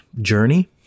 journey